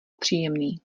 příjemný